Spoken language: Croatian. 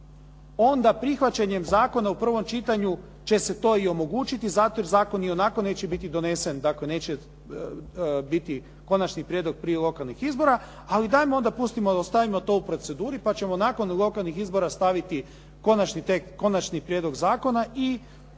Onda prihvaćanjem zakona u prvom čitanju će se to i omogućiti zato jer zakon ionako neće biti donesen, dakle neće biti konačni prijedlog prije lokalnih izbora, ali dajmo onda pustimo da ostavimo to u proceduri pa ćemo nakon lokalnih izbora staviti konačni prijedlog zakona i